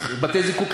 בתי-הזיקוק,